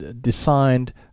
designed